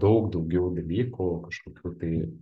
daug daugiau dalykų kažkokių tai